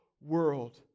world